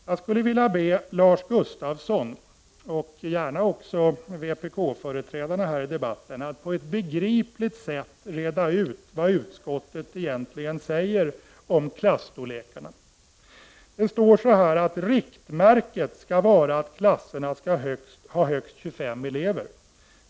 Jag skulle vilja be Lars Gustafsson, och gärna även vpk-företrädarna här i debatten, att på ett begripligt sätt reda ut vad utskottet egentligen har sagt om klasstorlekarna. Utskottets majoritet skriver att riktmärket skall vara att klasserna skall ha högst 25 elever.